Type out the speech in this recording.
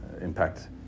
impact